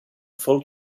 full